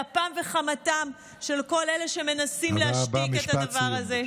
על אפם וחמתם של כל אלה שמנסים להשתיק את הדבר הזה.